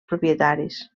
propietaris